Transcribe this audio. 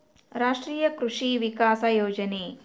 ರಾಷ್ಟ್ರೀಯ ಕೃಷಿ ವಿಕಾಸ ಯೋಜನೆ